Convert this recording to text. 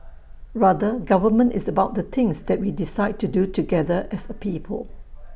rather government is about the things that we decide to do together as A people